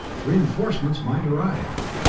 reinforcements might arrive!